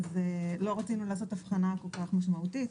לא רצינו לעשות הבחנה כל כך משמעותית.